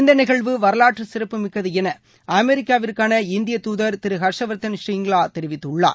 இந்த நிகழ்வு வரலாற்றுச் சிறப்பு மிக்கது என அமெரிக்காவிற்கான இந்திய தூதர் திரு ஹர்ஷவர்தன் சின்காலா தெரிவித்துள்ளார்